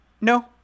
no